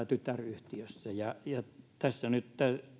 tytäryhtiössä tässä nyt